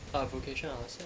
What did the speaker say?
ah vocation ah 好像